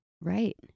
Right